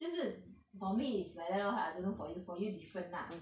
就是 for me is like that lor I don't know for you for you different lah